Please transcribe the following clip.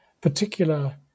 particular